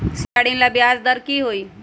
शिक्षा ऋण ला ब्याज दर कि हई?